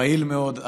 פעיל מאוד,